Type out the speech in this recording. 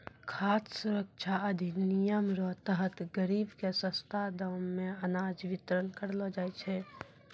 खाद सुरक्षा अधिनियम रो तहत गरीब के सस्ता दाम मे अनाज बितरण करलो जाय छै